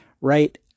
right